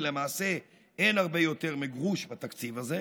ולמעשה אין הרבה יותר מגרוש בתקציב הזה,